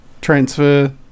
Transfer